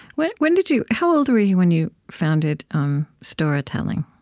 when when did you how old were you when you founded um storahtelling?